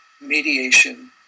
mediation